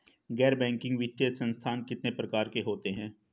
गैर बैंकिंग वित्तीय संस्थान कितने प्रकार के होते हैं?